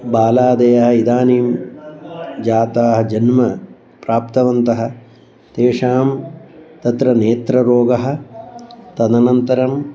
बालादयः इदानीं जाताः जन्मं प्राप्तवन्तः तेषां तत्र नेत्ररोगः तदनन्तरम्